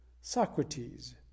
Socrates